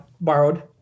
borrowed